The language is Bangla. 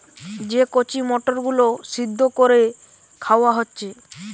যে কচি মটর গুলো সিদ্ধ কোরে খাওয়া হচ্ছে